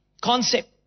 concept